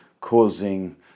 causing